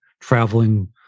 traveling